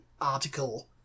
article